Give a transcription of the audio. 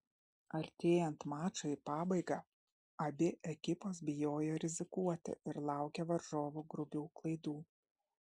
artėjant mačui į pabaigą abi ekipos bijojo rizikuoti ir laukė varžovų grubių klaidų